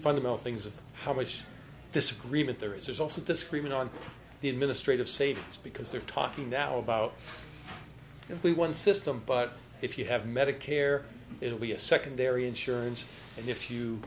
fundamental things of how much disagreement there is there's also discriminate on the administrative savings because they're talking now about if we one system but if you have medicare it will be a secondary insurance and if you